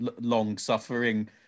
long-suffering